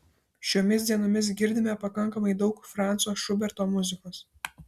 šiomis dienomis girdime pakankamai daug franco šuberto muzikos